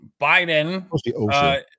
Biden